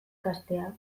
ikastea